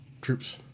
troops